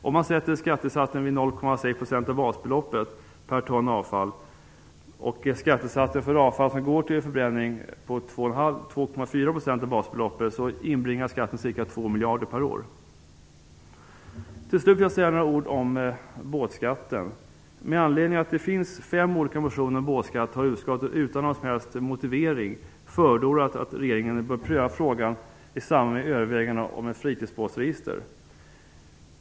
Om man sätter skattesatsen till 0,6 % av basbeloppet per ton avfall och skattesatsen för avfall som går till förbränning på 2,4 % av basbeloppet, inbringas ca 2 miljarder per år. Till slut vill jag säga några ord om båtskatten. Med anledning av att det finns fem olika motioner om en båtskatt har utskottet utan någon som helst motivering förordat att regeringen bör pröva frågan i samband med överväganden om ett fritidsbåtsregister.